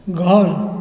घर